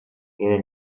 eren